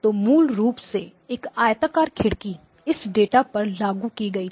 तो मूल रूप से एक आयताकार खिड़की इस डेटा पर लागू की गई थी